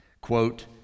Quote